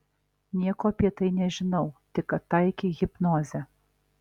nieko apie tai nežinau tik kad taikei hipnozę